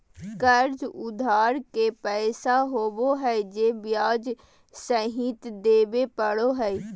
कर्ज उधार के पैसा होबो हइ जे ब्याज सहित देबे पड़ो हइ